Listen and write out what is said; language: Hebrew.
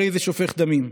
הרי זה שופך דמים.